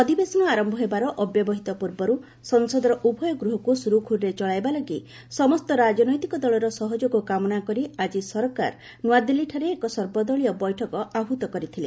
ଅଧିବେଶନ ଆରମ୍ଭ ହେବାର ଅବ୍ୟବହିତ ପୂର୍ବରୁ ସଂସଦର ଉଭୟ ଗୃହକୁ ସୁରୁଖୁରୁରେ ଚଳାଇବା ଲାଗି ସମସ୍ତ ରାଜନୈତିକ ଦଳର ସହଯୋଗ କାମନା କରି ଆକି ସରକାର ନ୍ତଆଦିଲ୍ଲୀଠାରେ ଏକ ସର୍ବଦଳୀୟ ବୈଠକ ଆହତ କରିଥିଲେ